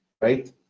right